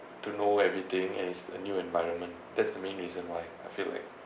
to know everything and it's a new environment that's the main reason why I feel like